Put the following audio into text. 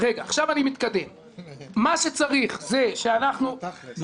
אתה אומר תכלס.